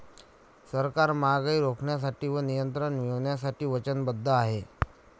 सरकार महागाई रोखण्यासाठी व नियंत्रण मिळवण्यासाठी वचनबद्ध आहे